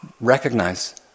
Recognize